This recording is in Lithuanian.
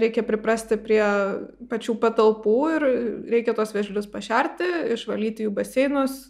reikia priprasti prie pačių patalpų ir reikia tuos vėžlius pašerti išvalyti jų baseinus